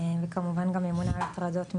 וכמובן גם ממונה על הטרדות מיניות,